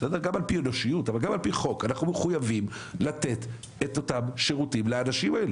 גם על פי אנושיות אבל גם על פי חוק,